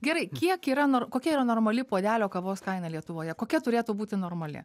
gerai kiek yra nor kokia yra normali puodelio kavos kaina lietuvoje kokia turėtų būti normali